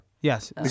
Yes